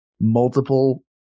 multiple